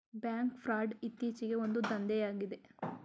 bank fraud ಇತ್ತೀಚೆಗೆ ಒಂದು ದಂಧೆಯಾಗಿದೆ